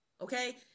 Okay